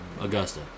Augusta